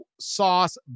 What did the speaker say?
sauce